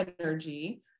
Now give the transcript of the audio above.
energy